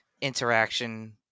interaction